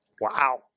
Wow